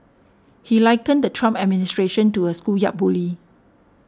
he likened the Trump administration to a schoolyard bully